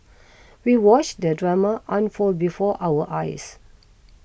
we watched the drama unfold before our eyes